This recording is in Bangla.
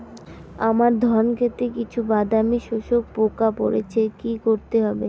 আমার ধন খেতে কিছু বাদামী শোষক পোকা পড়েছে কি করতে হবে?